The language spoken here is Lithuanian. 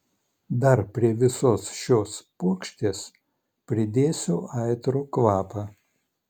dar prie visos šios puokštės pridėsiu aitrų kvapą